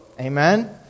Amen